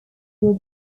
were